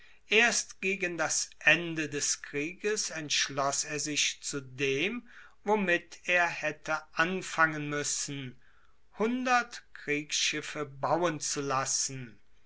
erst gegen das ende des krieges entschloss er sich zu dem womit er haette anfangen muessen hundert kriegsschiffe bauen zu lassen